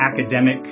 academic